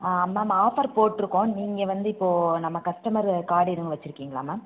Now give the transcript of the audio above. ஆமாம் ma'am offer போட்டிருக்கோம் நீங்கள் வந்து இப்போது நம்ம கஸ்டமரு கார்டு எதுவும் வச்சிருக்கீங்களா மேம்